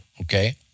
okay